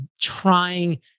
trying